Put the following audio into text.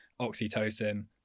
oxytocin